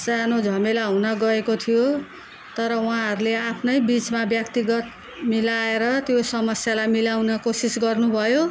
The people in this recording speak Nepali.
सानो झमेला हुन गएको थियो तर उहाँहरूले आफ्नै बिचमा व्यक्तिगत मिलाएर त्यो समस्यालाई मिलाउन कोसिस गर्नुभयो